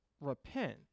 repent